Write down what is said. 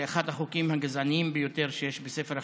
זה אחד החוקים הגזעניים ביותר שיש בספר החוקים.